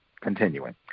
continuing